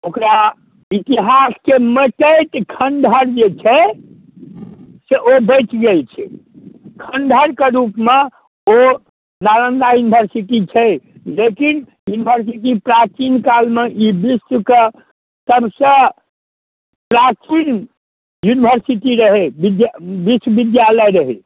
ओकरा इतिहासके नोचैत खण्डहर जे छै से ओ बचि गेल छै खण्डहरके रूपमे ओ नालन्दा इन्भरसिटी छै लेकिन इन्भरसिटी प्राचीनकालमे ई विश्वके सबसे प्राचीन इन्भरसिटी रहै विश्व विश्वविद्यालय रहै